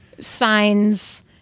signs